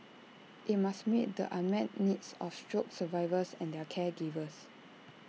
IT must meet the unmet needs of stroke survivors and their caregivers